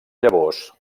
llavors